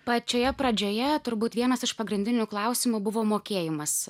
pačioje pradžioje turbūt vienas iš pagrindinių klausimų buvo mokėjimas